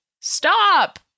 stop